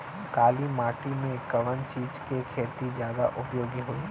काली माटी में कवन चीज़ के खेती ज्यादा उपयोगी होयी?